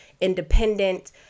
independent